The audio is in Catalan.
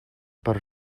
per